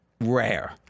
rare